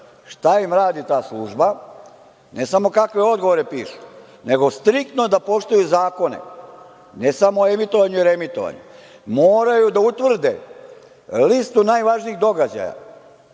šta im radi ta služba, ne samo kakve odgovore pišu, nego da striktno poštuju zakone, ne samo o emitovanju i reemitovanju, moraju da utvrde listu najvažnijih događaja,